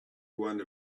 one